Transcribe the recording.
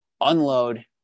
unload